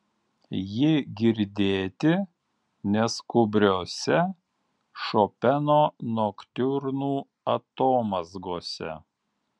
ji girdėti neskubriose šopeno noktiurnų atomazgose